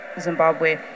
Zimbabwe